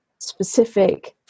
specific